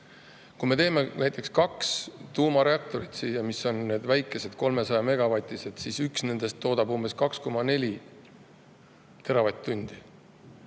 Kui me teeme näiteks kaks tuumareaktorit, need väikesed 300-megavatised, siis üks nendest toodab umbes 2,4 teravatt-tundi.